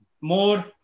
more